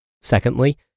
Secondly